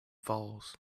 falls